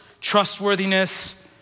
trustworthiness